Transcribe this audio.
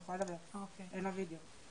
אני מתכבד לפתוח את ישיבת הוועדה.